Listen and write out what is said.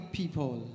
people